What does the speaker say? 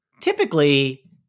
typically